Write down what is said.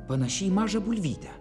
panaši į mažą bulvytę